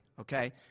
okay